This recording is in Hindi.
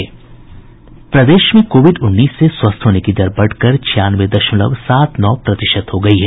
प्रदेश में कोविड उन्नीस से स्वस्थ होने की दर बढ़कर छियानवे दशमलव सात नौ प्रतिशत हो गयी है